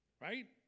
right